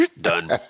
done